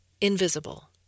invisible